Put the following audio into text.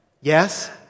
Yes